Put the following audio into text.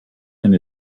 and